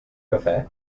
cafè